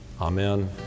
Amen